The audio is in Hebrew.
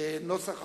נוסח החוק.